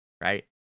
right